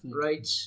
right